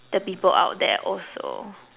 the people out there also